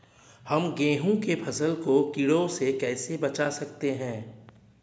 हम गेहूँ की फसल को कीड़ों से कैसे बचा सकते हैं?